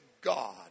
God